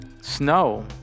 Snow